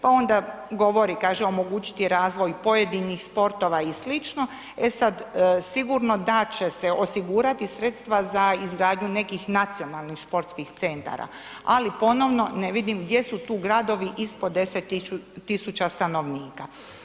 Pa onda govori kaže, omogućiti razvoj pojedinih sportova i slično, e sad sigurno da će se osigurati sredstva za izgradnju nekih nacionalnih športskih centara ali ponovno ne vidim gdje su tu gradovi ispod 10 000 stanovnika.